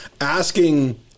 asking